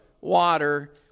water